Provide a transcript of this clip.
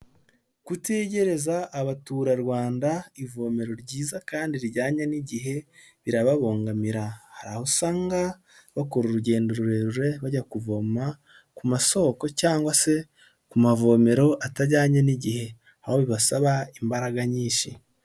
Kutegereza abaturarwanda ivomero ryiza kandi rijyanye n'igihe birababogamira, hari aho usanga bakora urugendo rurerure bajya kuvoma ku masoko cyangwa se ku mavomero atajyanye n'igihe aho bibasaba imbaraga nyinshi.